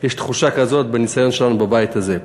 יש תחושה כזאת בניסיון שלנו בבית הזה.